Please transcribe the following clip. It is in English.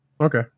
Okay